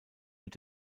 mit